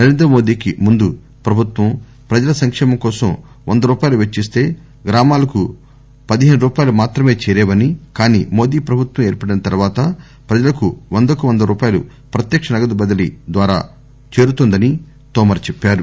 నరేంద్రమోదీకి ముందు ప్రభుత్వం ప్రజల సంక్షేమం కోసం వంద రూపాయలు పెచ్చిస్తే గ్రామాలకు పదిహేను రూపాయలు మాత్రమే చేరేవని కానీ మోదీ ప్రభుత్వం ఏర్పడిన తర్వాత ప్రజలకు వందకు వంద రూపాయలు ప్రత్యక్క నగదు బదిలీ ద్వారా చేరుతోందని అన్నారు